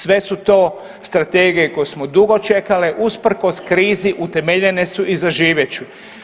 Sve su to strategije koje smo dugo čekali, usprkos krizi utemeljene su i zaživjet će.